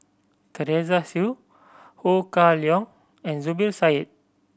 Teresa Hsu Ho Kah Leong and Zubir Said